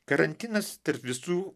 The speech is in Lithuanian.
karantinas tarp visų